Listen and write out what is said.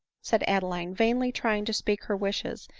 said adeline, vainly trying to speak her wishes,